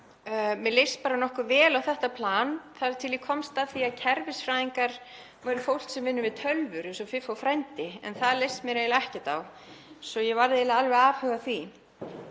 Mér leist bara nokkuð vel á þetta plan þar til ég komst að því að kerfisfræðingar væru fólk sem vinnur við tölvur, eins og Fiffó frændi, en það leist mér ekkert á svo að ég varð eiginlega alveg afhuga því.